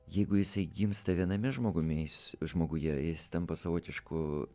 jeigu jisai gimsta viename žmogumi žmoguje jis tampa savotišku